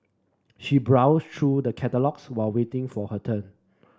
she browsed through the catalogues while waiting for her turn